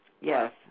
Yes